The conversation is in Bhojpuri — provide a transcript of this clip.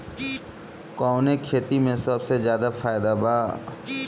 कवने खेती में सबसे ज्यादा फायदा बा?